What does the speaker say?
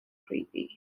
creepy